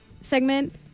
segment